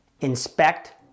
Inspect